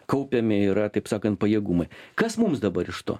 kaupiami yra taip sakant pajėgumai kas mums dabar iš to